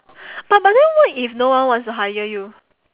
but but then what if no one wants to hire you